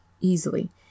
easily